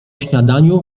śniadaniu